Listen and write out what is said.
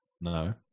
No